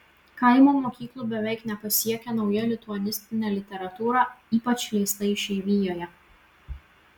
kaimo mokyklų beveik nepasiekia nauja lituanistinė literatūra ypač leista išeivijoje